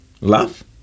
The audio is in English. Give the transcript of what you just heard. love